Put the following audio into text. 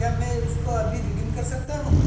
क्या मैं उसको अभी रीडिंग कर सकता हूँ